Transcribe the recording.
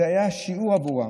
זה היה שיעור עבורם,